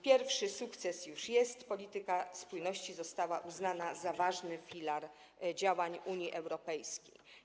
Pierwszy sukces już jest, polityka spójności została uznana za ważny filar działań Unii Europejskiej.